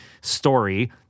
story